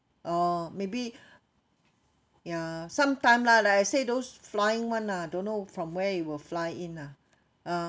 oh maybe ya sometime lah like I said those flying [one] ah don't know from where it will fly in lah ah